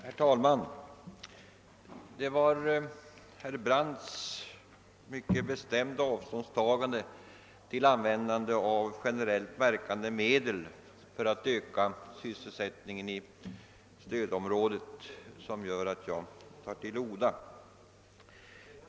Herr talman! Det är herr Brandts mycket bestämda avståndstagande från användande av generellt verkande medel för att öka sysselsättningen i dets.k. stödområdet som gör att jag tar till orda.